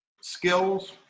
skills